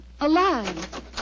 alive